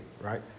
right